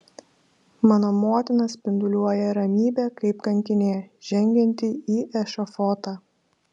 mano motina spinduliuoja ramybe kaip kankinė žengianti į ešafotą